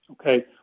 Okay